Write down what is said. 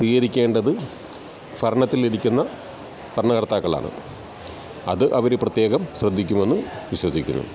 സ്വീകരിക്കേണ്ടത് ഭരണത്തിലിരിക്കുന്ന ഭരണകർത്താക്കളാണ് അത് അവർ പ്രത്യേകം ശ്രദ്ധിക്കുമെന്ന് വിശ്വസിക്കുന്നു